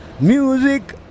music